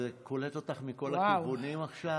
זה קולט אותך מכל הכיוונים עכשיו,